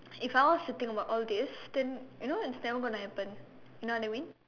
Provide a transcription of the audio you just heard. if I was to think about all this you know then it's never gonna happen you know what I mean